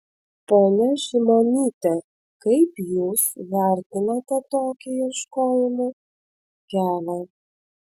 ponia šimonyte kaip jūs vertinate tokį ieškojimų kelią